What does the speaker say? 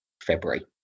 February